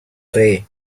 day